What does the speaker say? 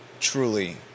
truly